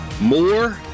more